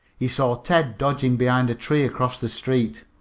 he saw ted dodging behind a tree across the street.